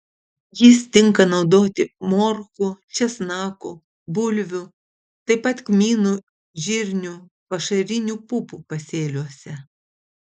jis tinka naudoti morkų česnakų bulvių taip pat kmynų žirnių pašarinių pupų pasėliuose